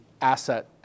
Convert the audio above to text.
asset